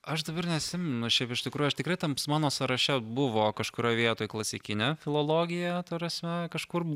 aš dabar neatsimenu šiaip iš tikrųjų aš tikrai tam mano sąraše buvo kažkurioj vietoj klasikinė filologija ta prasme kažkur